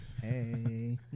Hey